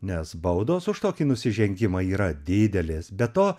nes baudos už tokį nusižengimą yra didelės be to